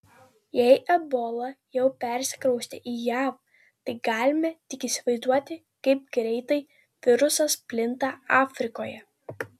jei ebola jau persikraustė į jav tai galime tik įsivaizduoti kaip greitai virusas plinta afrikoje